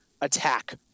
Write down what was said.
attack